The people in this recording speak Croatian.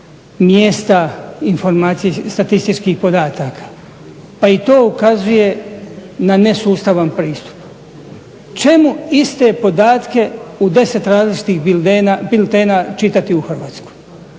mjesta statističkih podataka. Pa i to ukazuje na nesustavan pristup. Čemu iste podatke u 10 različitih biltena čitati u Hrvatskoj?